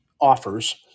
offers